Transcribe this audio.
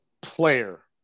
player